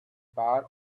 pair